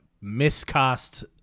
miscast